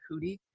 Hootie